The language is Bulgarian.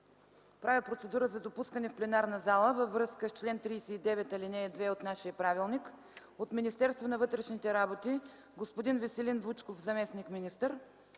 Правя процедура за допускане в пленарната зала във връзка с чл. 39, ал. 2 от нашия правилник от Министерството на вътрешните работи: господин Веселин Вучков – заместник-министър,